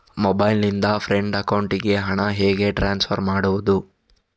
Mobile ನಿಂದ friend ಅಕೌಂಟಿಗೆ ಹಣ ಹೇಗೆ ಟ್ರಾನ್ಸ್ಫರ್ ಮಾಡುವುದು?